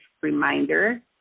reminder